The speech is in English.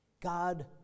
God